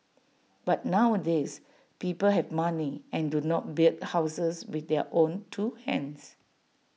but nowadays people have money and do not build houses with their own two hands